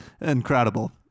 Incredible